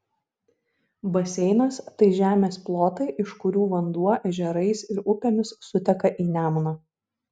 baseinas tai žemės plotai iš kurių vanduo ežerais ir upėmis suteka į nemuną